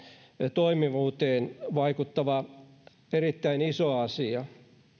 toimivuuteen vaikuttava erittäin iso asia